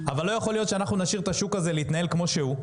אבל לא יכול להיות שאנחנו נשאיר את השוק הזה להתנהל כמו שהוא,